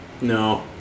No